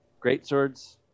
Greatswords